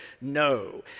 no